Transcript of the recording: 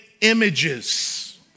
images